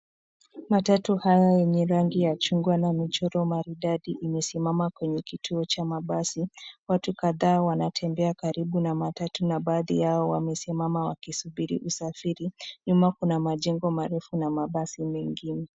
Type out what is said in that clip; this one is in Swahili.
Matatu hayo yenye rangi ya chungwa na michoro maridadi imesimama kwenye kituo cha mabasi. Watu kadhaa wanatembea karibu na matatu na baadhi yao wamesimama wakisubiri usafiri. Nyuma kuna majengo marefu na mabasi mengine.